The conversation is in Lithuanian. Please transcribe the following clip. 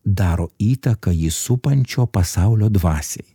daro įtaką jį supančio pasaulio dvasiai